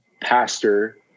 pastor